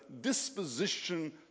disposition